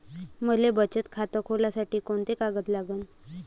मले बचत खातं खोलासाठी कोंते कागद लागन?